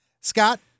Scott